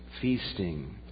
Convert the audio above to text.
feasting